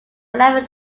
wherever